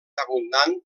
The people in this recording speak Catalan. abundant